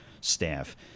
staff